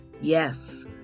Yes